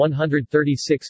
$136